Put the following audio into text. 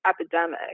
epidemic